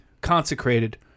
consecrated